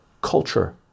Culture